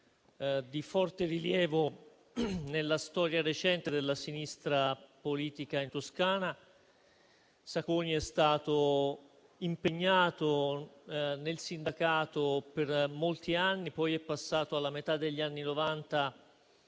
di forte rilievo nella storia recente della sinistra politica in Toscana. Sacconi è stato impegnato nel sindacato per molti anni. Alla metà degli anni